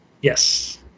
Yes